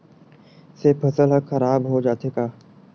से फसल ह खराब हो जाथे का?